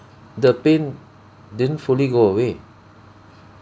the pain didn't fully go away